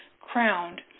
crowned